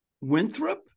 winthrop